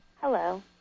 Hello